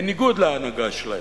בניגוד להנהגה שלהם.